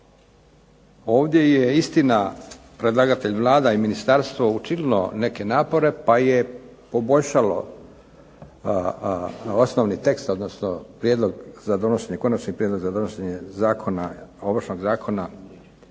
Ovdje je istina predlagatelj Vlada i ministarstvo učinilo neke napore, pa je poboljšalo osnovni tekst, odnosno prijedlog za donošenje, konačni prijedlog za donošenje, Ovršnog zakona,